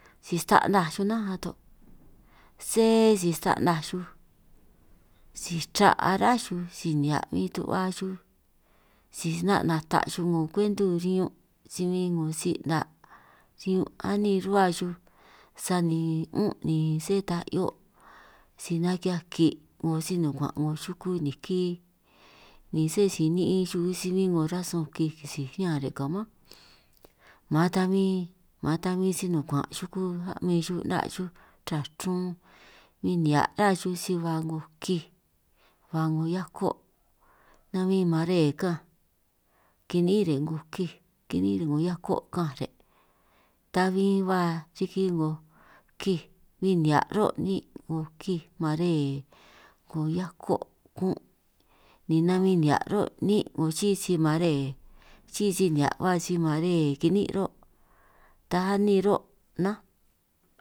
Si stanaj xuj nnánj ato' sé si stanaj xuj si chra' achrá xuj si nihia' bin tu'hua xuj, si 'na' nata' xuj 'ngo kwentu riñun' si bin 'ngo si 'na' si anin ruhua xuj, sani mu'ún ni sé ta 'hio' si naki'hiaj ke 'ngo si-nuguan' 'ngo xuku niki, ni sé si ni'in xuj si bin 'ngo rasun kij kisij riñan re' ka mánj, man ta bin man ta bin si-nukuan' xuku a'min xuj 'na' xuj raa chrun, bin nihia' ra xuj si ba 'ngo kij ba 'ngo hiako', nabin mare ka'anj kini'ín re' 'ngo kij kini'in re' 'ngo hiako' ka'anj re', ta bin ba riki 'ngo kij bin nihia' ruhuo' ni'in' 'ngo kij mare, 'ngo hiako' kun' ni nabin nihia' ro' ni'ín 'ngo xi'í si mare, xi'í si nihia' ba si mare kini'ín ro' taj anin ruhuo' nnánj.